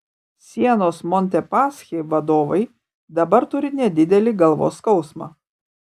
sienos montepaschi vadovai dabar turi nedidelį galvos skausmą